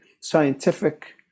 scientific